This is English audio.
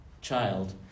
child